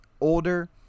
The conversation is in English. older